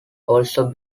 also